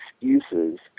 excuses